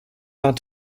hard